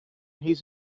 his